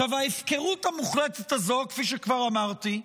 עכשיו, כפי שכבר אמרתי,